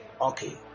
Okay